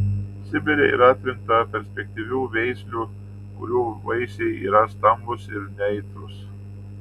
sibire yra atrinkta perspektyvių veislių kurių vaisiai yra stambūs ir neaitrūs